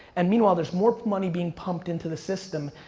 and meanwhile, there's more money being pumped into the system.